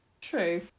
true